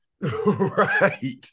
right